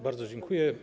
Bardzo dziękuję.